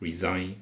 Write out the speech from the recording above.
resign